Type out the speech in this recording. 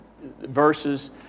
verses